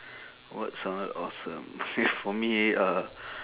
what sounded awesome K for me uh